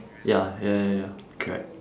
ya ya ya ya ya correct